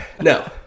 No